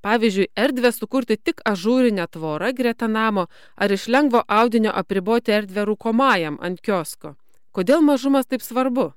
pavyzdžiui erdvę sukurti tik ažūrine tvora greta namo ar iš lengvo audinio apriboti erdvę rūkomajam ant kiosko kodėl mažuma taip svarbu